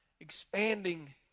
expanding